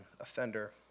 offender